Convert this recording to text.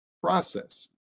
process